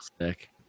sick